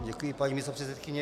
Děkuji, paní místopředsedkyně.